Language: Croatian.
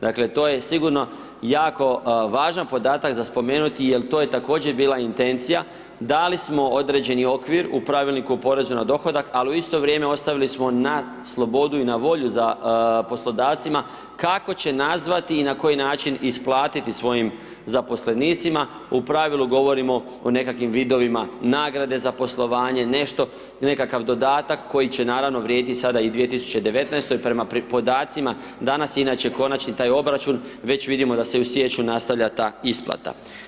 Dakle, to je sigurno jako važan podatak za spomenuti jel to je također bila intencija, dali smo određeni okvir u Pravilniku o porezu na dohodak, ali u isto vrijeme ostavili smo na slobodu i na volju poslodavcima kako će nazvati i na koji način isplatiti svojim zaposlenicima, u pravilu govorimo o nekakvim vidovima nagrade za poslovanje, nešto nekakav dodatak koji će naravno vrijediti sada i 2019. prema podacima danas inače konačni taj obračun već vidimo da se i u siječnju nastavlja ta isplata.